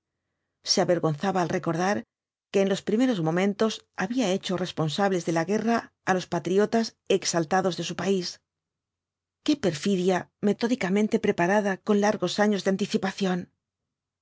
se avergonzaba al recordar que en los primeros momentos había hecho responsables de la guerra á los patriotas exaltados de su país qué perfidia metódicamente preparada con largos años de anticipación